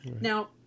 Now